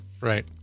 Right